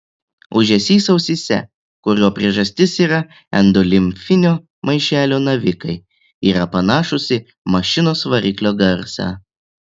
ūžesys ausyse kurio priežastis yra endolimfinio maišelio navikai yra panašus į mašinos variklio garsą